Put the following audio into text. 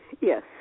Yes